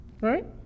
right